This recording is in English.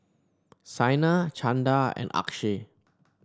Saina Chanda and Akshay